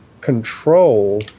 control